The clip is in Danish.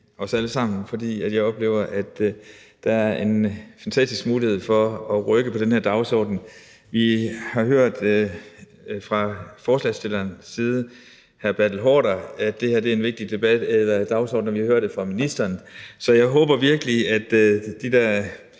os alle sammen, for jeg oplever, at der er en fantastisk mulighed for at rykke på den her dagsorden. Vi har hørt det fra ordføreren for forslagsstillernes side, hr. Bertel Haarder, at det her er en vigtig dagsorden, og vi hører det fra ministeren. Så jeg håber virkelig, at de der